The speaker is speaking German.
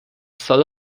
soll